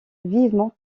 vivement